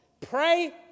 pray